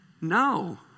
No